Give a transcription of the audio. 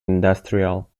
industrial